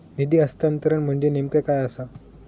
निधी हस्तांतरण म्हणजे नेमक्या काय आसा?